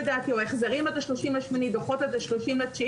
או החזרים עד ה-30.8 ודוחות עד ה-30.9.